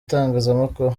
itangazamakuru